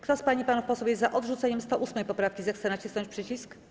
Kto z pań i panów posłów jest za odrzuceniem 108. poprawki, zechce nacisnąć przycisk.